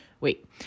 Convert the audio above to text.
Wait